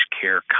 care